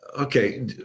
Okay